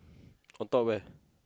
on top where